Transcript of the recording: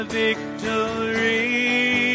victory